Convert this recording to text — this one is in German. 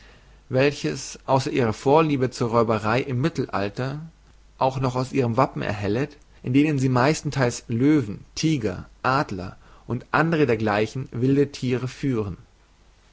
welches ausser ihrer vorliebe zur räuberei im mittelalter auch noch aus ihren wappen erhellet in denen sie meistentheils löwen tieger adler und andere dergleichen wilde thiere führen